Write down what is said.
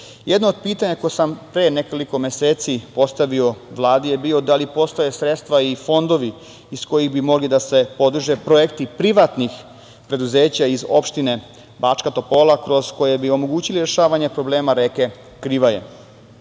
od pitanja koje sam pre nekoliko meseci postavi Vladi je bilo da li postoje sredstva i fondovi iz kojih bi mogli da se podrže projekti privatnih preduzeća iz opštine Bačka Topola kroz koje bismo omogućili rešavanje problema reke Krivaje. Po